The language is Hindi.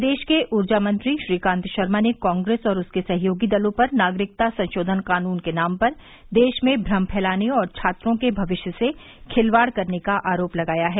प्रदेश के ऊर्जा मंत्री श्रीकान्त शर्मा ने कांग्रेस और उसके सहयोगी दलों पर नागरिकता संशोधन कानून के नाम पर देश में भ्रम फैलाने और छात्रों के भविष्य से खिलवाड़ करने का आरोप लगाया है